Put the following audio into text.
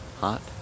hot